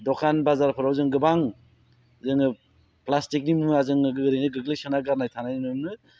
दखान बाजारफोराव जों गोबां जोंङो प्लास्टिकनि मुवा जोङो ओरैनो गोग्लैसोना गारनानै थानाय नुयो